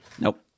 nope